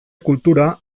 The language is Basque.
kultura